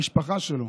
המשפחה שלו